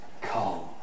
calm